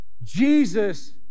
Jesus